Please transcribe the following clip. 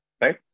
right